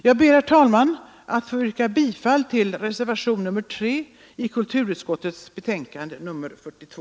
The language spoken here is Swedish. Jag ber därför, herr talman, att få yrka bifall till reservationen 3 i kulturutskottets betänkande 42.